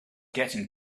getting